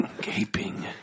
Gaping